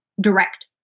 direct